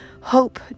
hope